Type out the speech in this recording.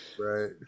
Right